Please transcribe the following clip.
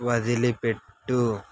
వదిలిపెట్టు